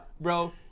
Bro